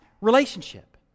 relationship